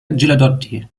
ghilardotti